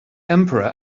emperor